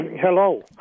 hello